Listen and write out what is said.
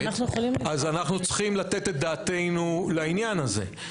אז אנחנו צריכים לתת את דעתנו לעניין הזה.